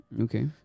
Okay